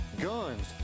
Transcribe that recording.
Guns